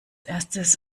erstes